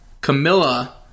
Camilla